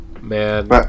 Man